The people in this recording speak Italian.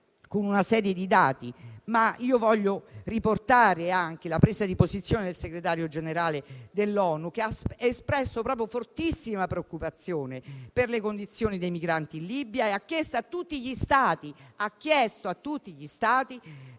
una serie di dati, ma voglio solo riportare la presa di posizione del Segretario Generale dell'ONU, che ha espresso fortissima preoccupazione per le condizioni dei migranti in Libia e ha chiesto a tutti gli Stati